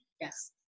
yes